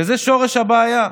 וזה שורש הבעיה.